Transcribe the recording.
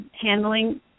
handling